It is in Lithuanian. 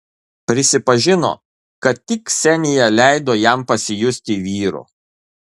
prisipažino kad tik ksenija leido jam pasijusti vyru